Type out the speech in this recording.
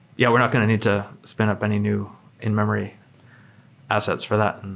yeah we're not going to need to spin up any new in-memory assets for that.